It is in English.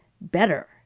better